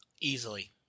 easily